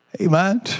Amen